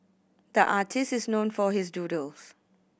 the artist is known for his doodles